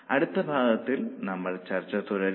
അടുത്ത ഭാഗത്തിൽ നമ്മൾ ചർച്ച തുടരും